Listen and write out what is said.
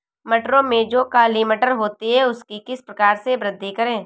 मटरों में जो काली मटर होती है उसकी किस प्रकार से वृद्धि करें?